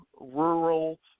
rural